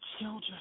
children